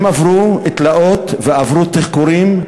הם עברו תלאות ועברו תחקורים,